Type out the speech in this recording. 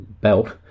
belt